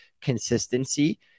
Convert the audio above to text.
consistency